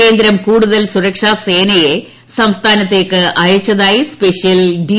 കേന്ദ്രം കൂടുതൽ സുരക്ഷാസേനയെ സംസ്ഥാനത്തേയ്ക്ക് അയച്ചതായി സ്പെഷ്യൽ ഡി